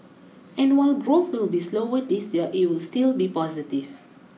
and while growth will be slower this year it will still be positive